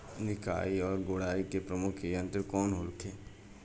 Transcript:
निकाई और गुड़ाई के प्रमुख यंत्र कौन होखे?